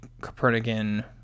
Copernican